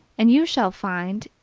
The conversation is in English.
and you shall find,